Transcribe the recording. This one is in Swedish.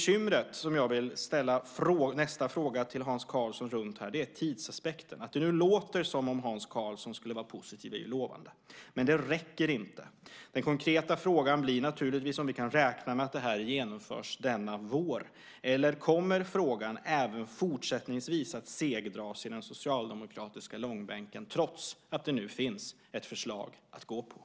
Nästa fråga jag vill ställa till Hans Karlsson gäller bekymret med tidsaspekten. Att det nu låter det som om Hans Karlsson skulle vara positiv är lovande. Men det räcker inte. Den konkreta frågan blir naturligtvis om vi kan räkna med att det här genomförs denna vår, eller kommer frågan även fortsättningsvis att segdras i den socialdemokratiska långbänken, trots att det nu finns ett förslag att följa?